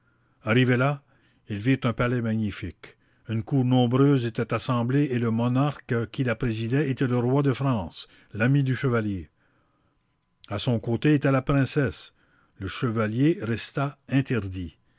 arrivés là ils virent un palais magnifique une cour nombreuse était assemblée et le monarque qui la présidait était le roi de france l'ami du chevalier a son côté était la princesse le chevalier resta interdit